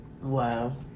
Wow